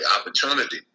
opportunity